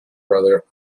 brother